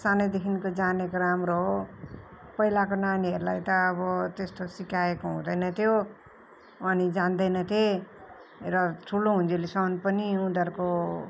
सानैदेखिको जानेको राम्रो हो पहिलाको नानीहरूलाई त अब त्यस्तो सिकाएको हुँदैन थियो अनि जान्दैनथे र ठुलो हुन्जेलीसम्म पनि उनीहरूको